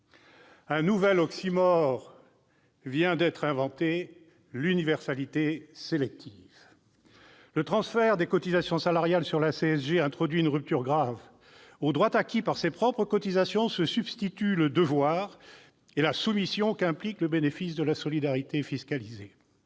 Un nouvel oxymore vient d'être inventé : l'universalité sélective ... Le transfert des cotisations salariales sur la contribution sociale généralisée- la CSG -introduit une rupture grave. Au droit acquis par ses propres cotisations, se substituent le devoir et la soumission qu'implique le bénéfice de la solidarité fiscalisée.